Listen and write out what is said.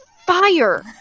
Fire